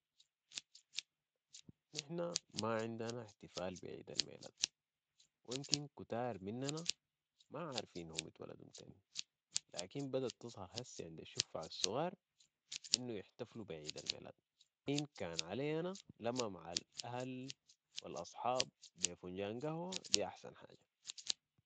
نحن ما عندنا احتفال بي عيد الميلاد و امكن كتارمننا ما عارفين هم اتولدو متين لكن بدت تظهر هسي عند الشفع الصغار انو يحتفلو بي عيد الميلاد ان كان علي انا لمة مع الاهل و الاصحاب بي فنجان قهوه دي احسن حاجه